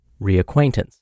reacquaintance